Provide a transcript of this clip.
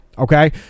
Okay